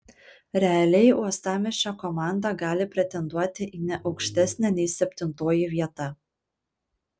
realiai uostamiesčio komanda gali pretenduoti į ne aukštesnę nei septintoji vieta